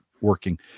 working